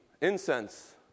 incense